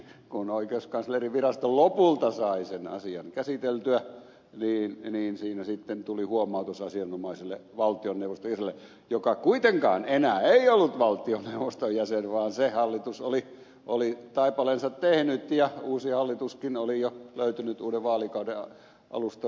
kun oikeuskanslerinvirasto lopulta sai sen asian käsiteltyä niin siinä sitten tuli huomautus asianomaiselle valtioneuvoston jäsenelle joka kuitenkaan enää ei ollut valtioneuvoston jäsen vaan se hallitus oli taipaleensa tehnyt ja uusi hallituskin oli jo löytynyt uuden vaalikauden alusta lukien